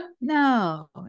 No